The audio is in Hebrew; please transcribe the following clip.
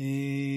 אה?